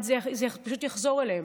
זה פשוט יחזור אליהם.